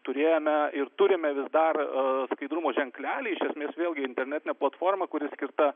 turėjome ir turime vis dar skaidrumo ženklelį iš esmės vėlgi internetinę platformą kuri skirta